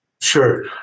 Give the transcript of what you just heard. Sure